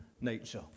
nature